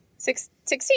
Sixteen